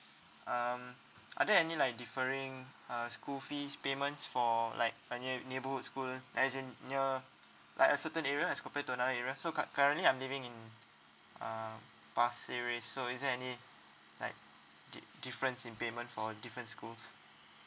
um are there any like differing uh school fees payments for like for neigh~ neighbourhood school as in in uh like a certain area as compared to another area so cu~ currently I'm living in uh pasir ris so is there any like di~ difference in payment for different schools